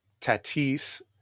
Tatis